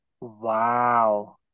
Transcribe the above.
Wow